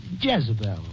Jezebel